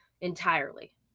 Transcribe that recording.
entirely